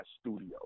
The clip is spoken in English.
studio